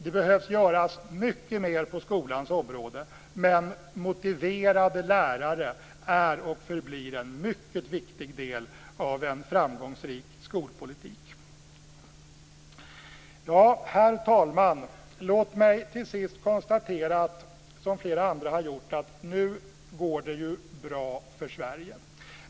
Det behöver göras mycket mer på skolans område, men motiverade lärare är och förblir en mycket viktig del av en framgångsrik skolpolitik. Herr talman! Låt mig till sist, som flera andra har gjort, konstatera att det nu går bra för Sverige.